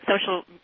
social